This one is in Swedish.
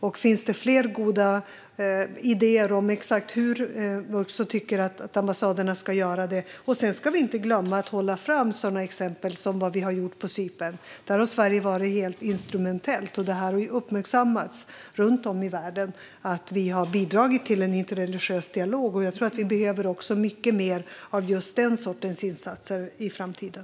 Det finns säkert fler goda idéer om hur ambassaderna ska göra detta. Vi ska inte glömma att framhålla sådana exempel som det vi har gjort på Cypern. Här har Sverige varit helt instrumentellt, och det har uppmärksammats runt om i världen att vi har bidragit till en interreligiös dialog. Jag tror att vi behöver mycket mer av just den sortens insatser i framtiden.